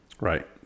Right